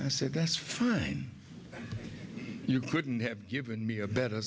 i said that's fine you couldn't have given me a better